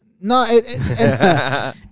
no